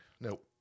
Nope